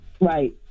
Right